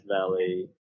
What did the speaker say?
Valley